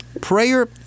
prayer